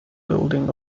building